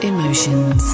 Emotions